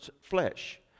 flesh